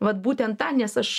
vat būtent tą nes aš